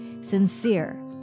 sincere